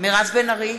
מירב בן ארי,